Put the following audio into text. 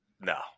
No